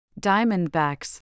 Diamondbacks